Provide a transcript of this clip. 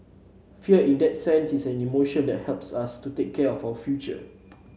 fear in that sense is an emotion that helps us to take care of our future